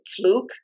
fluke